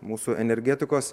mūsų energetikos